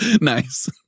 Nice